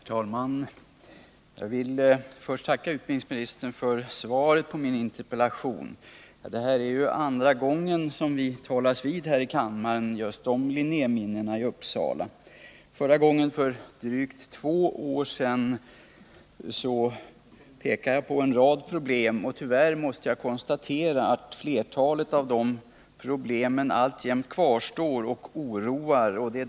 Herr talman! Jag vill först tacka utbildningsministern för svaret på min interpellation. Det här är ju andra gången som vi talas vid här i kammaren om Linnéminnena i Uppsala. Förra gången, för drygt två år sedan, pekade jag på en rad problem. Tyvärr måste jag konstatera att flertalet av dessa problem alltjämt kvarstår och oroar.